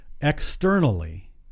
externally